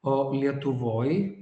o lietuvoj